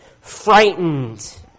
frightened